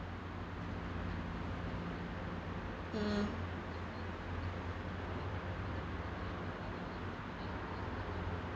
mm